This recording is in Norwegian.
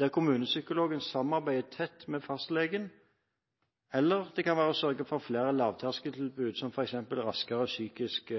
der kommunepsykologen samarbeider tett med fastlegen – eller det kan være å sørge for flere lavterskeltilbud, som f.eks. raskere psykisk